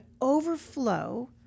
overflow